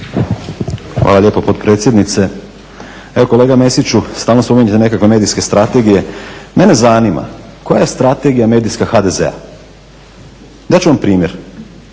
Hvala lijepo potpredsjednice. Evo kolega Mesiću, stalno spominjete nekakve medijske strategije. Mene zanima koja je strategija medijska HDZ-a. Dat ću vam primjer.